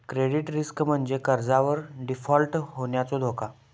credit risk म्हणजे कर्जावर default होण्याचो धोका